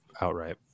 outright